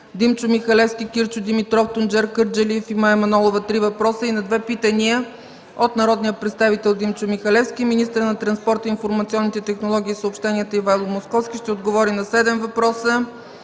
Димчо Михалевски, Кирчо Димитров, Тунчер Кърджалиев, и Мая Манолова – три въпроса, и на две питания от народния представител Димчо Михалевски. Министърът на транспорта, информационните технологии и съобщенията Ивайло Московски ще отговори на седем въпроса